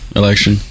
election